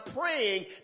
praying